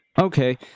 okay